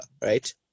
right